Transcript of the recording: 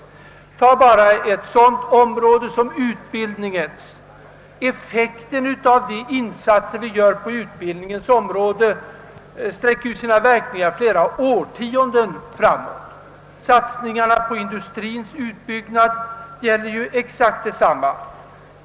Ta bara ett sådant område som utbildningens! De insatser vi gör på utbildningens område i dag sträcker ju sina verkningar flera årtionden framåt. Om satsningarna på industriens utbyggnad gäller exakt detsamma.